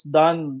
done